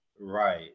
Right